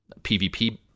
PvP